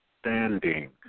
standing